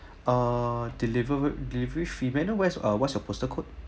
uh deliver with delivery fee may I know where's what's your postal code